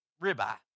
ribeye